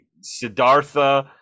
Siddhartha